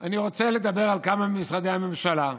אני רוצה לדבר על כמה ממשרדי הממשלה.